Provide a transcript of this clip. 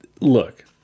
Look